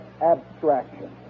abstraction